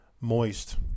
moist